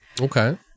Okay